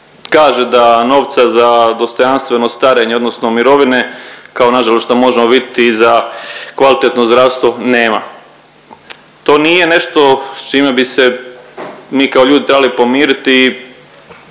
kaže da novca za dostojanstveno starenje odnosno mirovine, kao nažalost šta možemo vidjeti i za kvalitetno zdravstvo nema. To nije nešto s čime bi se mi kao ljudi trebali pomiriti.